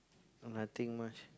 nothing much